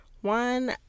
One